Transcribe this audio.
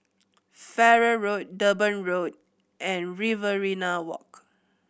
Farrer Road Durban Road and Riverina Walk